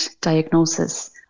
diagnosis